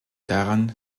daran